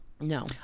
No